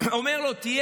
אומר לו: תהיה